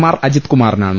R Ajith കുമാറിനാണ്